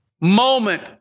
moment